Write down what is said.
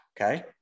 okay